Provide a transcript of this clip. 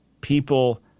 people